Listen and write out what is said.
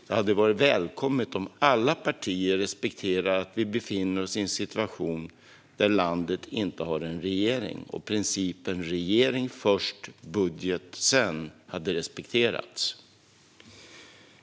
Det hade varit välkommet om alla partier hade respekterat att vi befinner oss i en situation där landet inte har en regering och principen "regering först, budget sedan" hade respekterats.